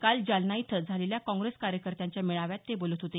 काल जालना इथं झालेल्या काँग्रेस कार्यकर्त्यांच्या मेळाव्यात ते बोलत होते